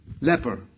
leper